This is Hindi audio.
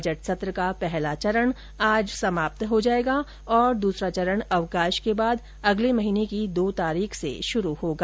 बजट सत्र का पहला चरण आज समाप्त हो जाएगा और दूसरा चरण अवकाश के बाद अगले महीने की दो तारीख से शुरू होगा